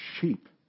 sheep